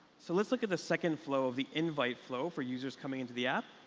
so let's look at the second flow of the invite flow for users coming into the app.